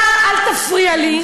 אתה, אל תפריע לי.